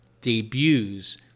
debuts